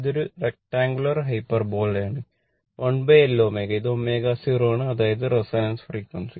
ഇത് ഒരു റെക്ടങ്ലർ ഹൈപ്പർബോളയാണ് 1 l ω ഇത് ω0 ആണ് അതായത് റെസൊണൻസ് ഫ്രീക്യുഎൻസി